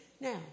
now